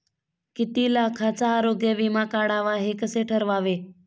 किती लाखाचा आरोग्य विमा काढावा हे कसे ठरवावे?